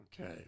Okay